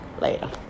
Later